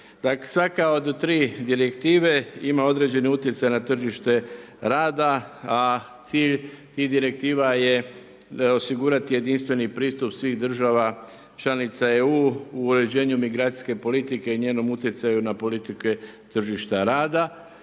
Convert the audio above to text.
Svaka od tri direktive ima određeni utjecaj na tržište rada, a cilj tih direktiva je osigurati jedinstveni pristup svih država članica EU u uređenju migracijske politike i njenom utjecaju na politike tržišta rada.